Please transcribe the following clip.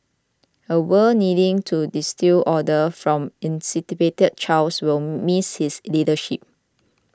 a world needing to distil order from incipient chaos will miss his leadership